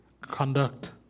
conduct